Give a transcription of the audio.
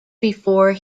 before